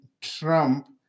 Trump